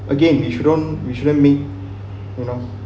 again we shouldn't we shouldn't meet you know